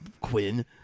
Quinn